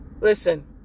listen